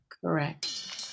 correct